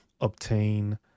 obtain